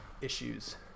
issues